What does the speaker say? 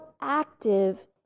active